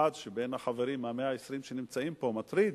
כאחד בין החברים, ה-120 שנמצאים פה, מטריד,